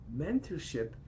mentorship